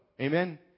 Amen